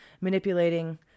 manipulating